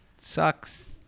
Sucks